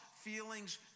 feelings